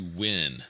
win